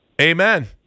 Amen